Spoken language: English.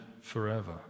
forever